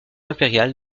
impériale